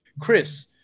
Chris